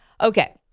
Okay